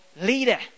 leader